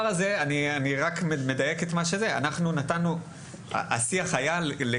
השיח היה לשירות הביטחון הכללי,